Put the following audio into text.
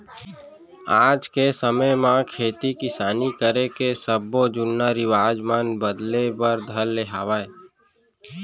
आज के समे म खेती किसानी करे के सब्बो जुन्ना रिवाज मन बदले बर धर ले हवय